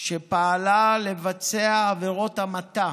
שפעלה לבצע עבירות המתה